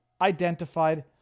identified